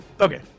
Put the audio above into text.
Okay